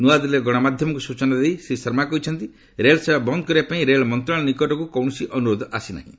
ନ୍ତଆଦିଲ୍ଲୀରେ ଗଣମାଧ୍ୟମକୁ ସୂଚନା ଦେଇ ଶ୍ରୀ ଶର୍ମା କହିଛନ୍ତି ରେଳସେବା ବନ୍ଦ୍ କରିବାପାଇଁ ରେଳ ମନ୍ତ୍ରଣାଳୟ ନିକଟକୁ କୌଣସି ଅନୁରୋଧ ଆସି ନାହିଁ